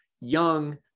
young